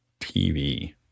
TV